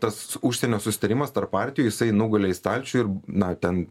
tas užsienio susitarimas tarp partijų jisai nugulė į stalčių ir na ten